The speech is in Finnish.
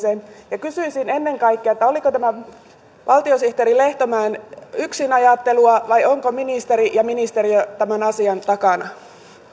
ja kysyisin ennen kaikkea oliko tämä valtiosihteeri lehtomäen yksinajattelua vai ovatko ministeri ja ministeriö tämän asian takana